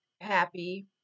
happy